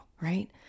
right